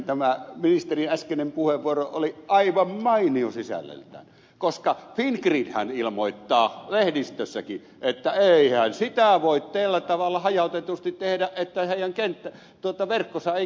tämä ministerin äskeinen puheenvuoro oli aivan mainio sisällöltään koska fingridhän ilmoittaa lehdistössäkin että eihän sitä voi tällä tavalla hajautetusti tehdä että heidän verkkonsa ei kestä sitä